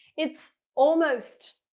it's almost.